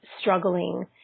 struggling